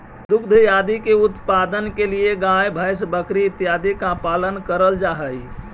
दुग्ध आदि के उत्पादन के लिए गाय भैंस बकरी इत्यादि का पालन करल जा हई